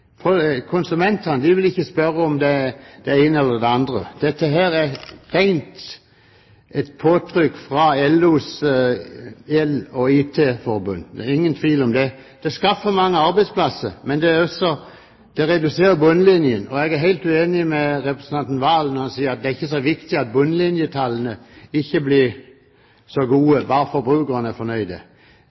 fornøyd. Konsumentene vil ikke spørre om det ene eller det andre. Dette er et rent påtrykk fra LOs EL & IT Forbundet, det er ingen tvil om det. Det skaffer mange arbeidsplasser, men det reduserer bunnlinjen, og jeg er helt uenig med representanten Serigstad Valen når han sier at det ikke er så viktig at bunnlinjetallene ikke blir så gode, bare forbrukerne er fornøyde.